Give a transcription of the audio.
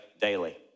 daily